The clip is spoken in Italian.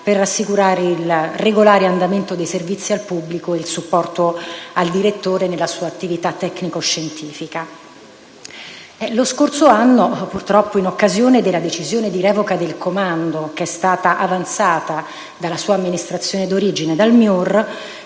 per assicurare il regolare andamento dei servizi al pubblico e il supporto al direttore nella sua attività tecnico-scientifica. Lo scorso anno, purtroppo, in occasione della decisione di revoca del comando avanzata dalla sua amministrazione di origine (il MIUR),